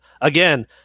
again